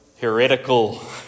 heretical